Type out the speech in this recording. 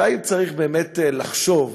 אולי צריך באמת לחשוב